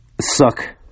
suck